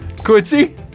Quincy